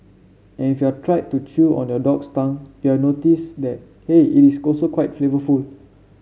and if you are tried to chew on your dog's tongue you are notice that hey it is also quite flavourful